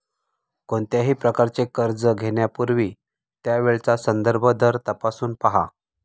कोणत्याही प्रकारचे कर्ज घेण्यापूर्वी त्यावेळचा संदर्भ दर तपासून पहा